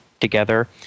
together